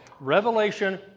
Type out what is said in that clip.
Revelation